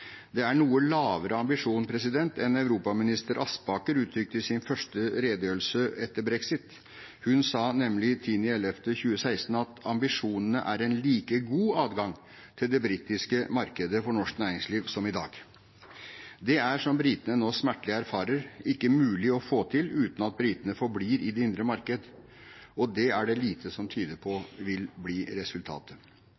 er en noe lavere ambisjon enn europaminister Vik Aspaker uttrykte i sin første redegjørelse etter brexit. Hun sa nemlig 8. november 2016 at ambisjonen er en «like god adgang til det britiske markedet for norsk næringsliv» som i dag. Det er, som britene nå smertelig erfarer, ikke mulig å få til uten at britene forblir i det indre marked, og det er det lite som tyder på